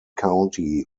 county